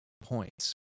points